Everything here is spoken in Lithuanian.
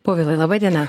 povilai laba diena